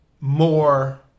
more